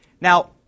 Now